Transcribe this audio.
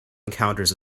encounters